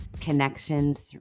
connections